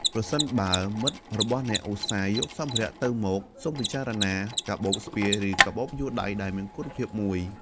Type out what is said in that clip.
ប្រសិនបើមិត្តរបស់អ្នកឧស្សាហ៍យកសម្ភារៈទៅមក អ្នកអាចពិចារណា កាបូបស្ពាយ ឬកាបូបយួរដៃដែលមានគុណភាពមួយ។